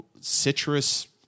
citrus